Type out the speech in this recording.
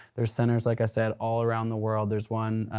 there's centers like i said all around the world. there's one,